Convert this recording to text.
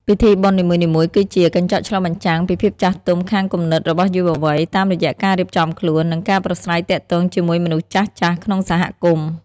ពិធីបុណ្យនីមួយៗគឺជា "កញ្ចក់ឆ្លុះបញ្ចាំង" ពីភាពចាស់ទុំខាងគំនិតរបស់យុវវ័យ តាមរយៈការរៀបចំខ្លួន និងការប្រាស្រ័យទាក់ទងជាមួយមនុស្សចាស់ៗក្នុងសហគមន៍។